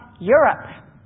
Europe